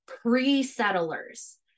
pre-settlers